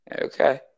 Okay